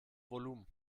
volumen